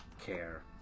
care